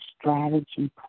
strategy